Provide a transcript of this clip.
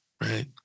right